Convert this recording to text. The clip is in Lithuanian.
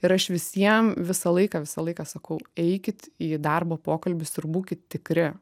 ir aš visiem visą laiką visą laiką sakau eikit į darbo pokalbius ir būkit tikri